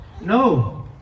No